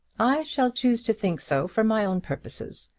i shall choose to think so for my own purposes.